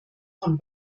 von